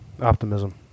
Optimism